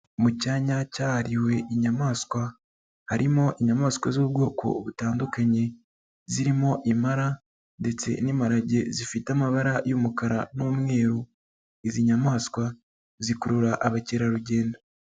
Mu cyanya cyahariwe inyamaswa harimo inyamaswa zo mu bwoko butandukanye zirimo impara ndetse n'imparage zifite amabara y'umukara n'umweru, izi nyamaswa zikurura abakerarugendo.